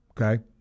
Okay